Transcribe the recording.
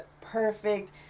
perfect